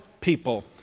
people